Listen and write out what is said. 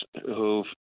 who've